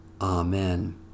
Amen